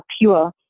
pure